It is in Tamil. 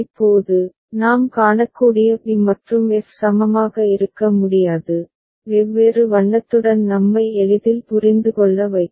இப்போது நாம் காணக்கூடிய பி மற்றும் எஃப் சமமாக இருக்க முடியாது வெவ்வேறு வண்ணத்துடன் நம்மை எளிதில் புரிந்துகொள்ள வைக்கும்